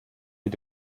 mit